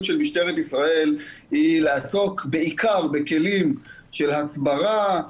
של משטרת ישראל היא לעסוק בעיקר בכלים של הסברה,